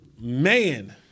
man